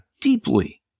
deeply